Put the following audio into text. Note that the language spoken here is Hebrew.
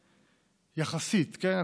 יחסית, כן?